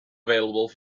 available